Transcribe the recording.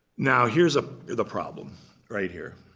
now, here's ah the problem right here.